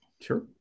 sure